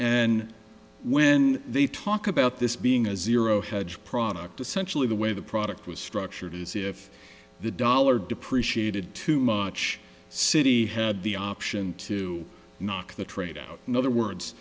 and when they talk about this being a zero hedge product essentially the way the product was structured is if the dollar depreciated too much city had the option to knock the trade out in other words